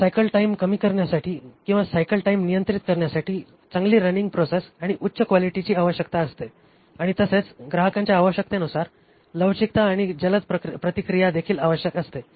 मग cycle time कमी करण्यासाठी किंवा सायकल टाइम नियंत्रित करण्यासाठी चांगली रनिंग प्रोसेस आणि उच्च क्वालिटीची आवश्यकता असते आणि तसेच ग्राहकांच्या आवश्यकतेनुसार लवचिकता आणि जलद प्रतिक्रिया देखील आवश्यक असते